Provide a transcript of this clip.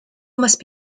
must